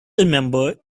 remember